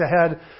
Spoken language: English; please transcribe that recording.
ahead